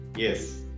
Yes